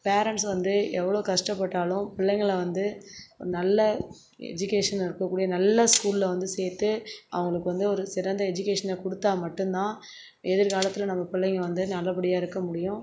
parents வந்து எவ்வளோ கஷ்டப்பட்டாலும் பிள்ளைங்கள வந்து ஒரு நல்ல எஜுகேஷன் இருக்கக்கூடிய நல்ல ஸ்கூலில் வந்து சேர்த்து அவங்களுக்கு வந்து ஒரு சிறந்த எஜுகேஷனை கொடுத்தா மட்டும் தான் எதிர்காலத்தில் நம்ம பிள்ளைங்க வந்து நல்லபடியாக இருக்க முடியும்